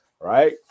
right